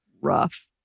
Rough